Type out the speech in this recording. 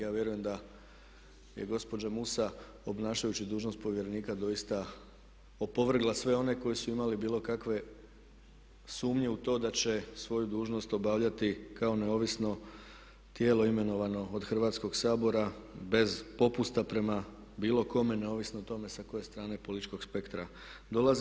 Ja vjerujem da je gospođa Musa obnašajući dužnost povjerenika doista opovrgla sve one koji su imali bilo kakve sumnje u to da će svoju dužnost obavljati kao neovisno tijelo imenovano od Hrvatskog sabora bez popusta prema bilo kome neovisno o tome sa koje strane političkog spektra dolazi.